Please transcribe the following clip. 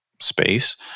space